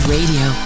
Radio